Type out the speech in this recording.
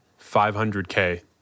500k